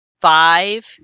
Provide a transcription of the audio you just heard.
five